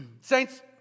Saints